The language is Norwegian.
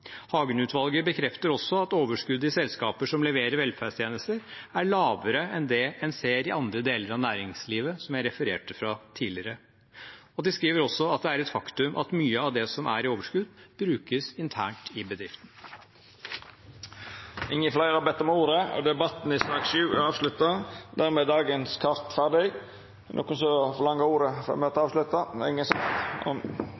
bekrefter også at overskudd i selskaper som leverer velferdstjenester, er lavere enn det en ser i andre deler av næringslivet, som jeg refererte til tidligere. De skriver også at det er et faktum at mye av det som er i overskudd, brukes internt i bedriften. Fleire har ikkje bedt om ordet til sak nr. 7. Dermed er dagens kart ferdigbehandla. Ber nokon ordet før møtet